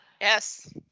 Yes